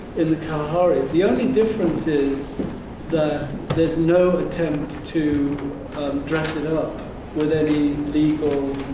in the kalahari. the only difference is that there's no attempt to dress it up with any legal